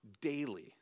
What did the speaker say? daily